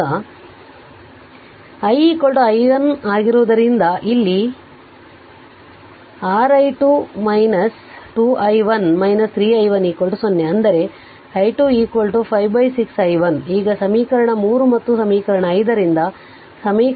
ಈಗ I i1 ಆಗಿರುವುದರಿಂದ ಇಲ್ಲಿ 6 i2 2 i1 3 i1 0 ಅಂದರೆ i2 56 i1 ಈಗ ಸಮೀಕರಣ 3 ಮತ್ತು ಸಮೀಕರಣ 5 ರಿಂದ